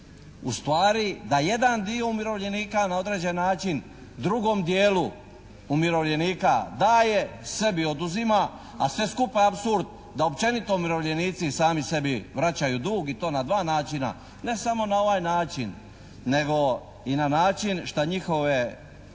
ustvari da jedan dio umirovljenika na određen način drugom dijelu umirovljenika daje, sebi oduzima, a sve skupa je apsurd da općenito umirovljenici sami sebi vraćaju dug i to na dva načina. Ne samo na ovaj način, nego i na način šta njihove